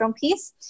piece